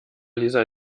lisa